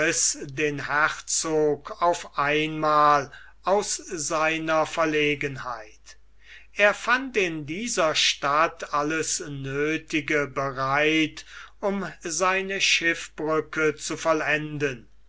den herzog auf einmal aus seiner verlegenheit er fand in dieser stadt alles nöthige bereit um seine schiffbrücke zu vollenden